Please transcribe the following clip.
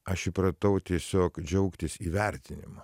aš įpratau tiesiog džiaugtis įvertinimu